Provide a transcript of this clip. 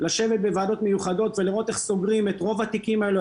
לשבת בוועדות מיוחדות ולראות איך סוגרים את רוב התיקים האלה.